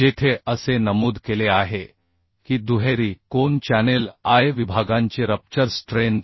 जेथे असे नमूद केले आहे की दुहेरी कोन चॅनेल I विभागांची रप्चर स्ट्रेंथ